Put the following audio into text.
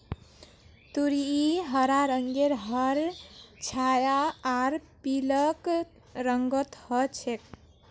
तुरई हरा रंगेर हर छाया आर पीलक रंगत ह छेक